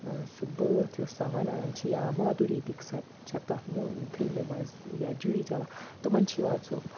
سُہ بٲتھ یُس سۄ وَنان چھِ یا مادُری دِکست چھ تَتھ مو فِلمہِ مَنٛز یا جوٗہی چاولا تِمَن چھُ یِوان سُہ